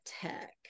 tech